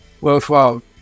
worthwhile